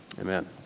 Amen